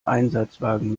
einsatzwagen